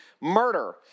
murder